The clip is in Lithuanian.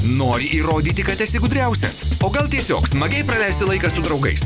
nori įrodyti kad esi gudriausias o gal tiesiog smagiai praleisti laiką su draugais